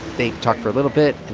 they talk for a little bit. and